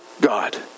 God